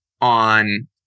on